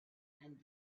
and